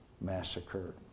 massacre